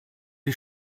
die